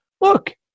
look